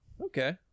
Okay